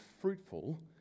fruitful